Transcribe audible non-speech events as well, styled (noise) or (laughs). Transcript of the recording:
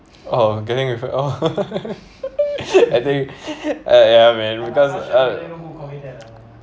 oh getting with oh (laughs) I think like ya man because uh